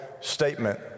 statement